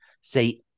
say